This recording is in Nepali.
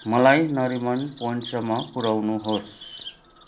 मलाई नरिमन पोइन्टसम्म पुराउनुहोस्